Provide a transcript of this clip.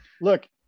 look